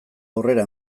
aurrera